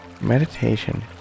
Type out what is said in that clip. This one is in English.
Meditation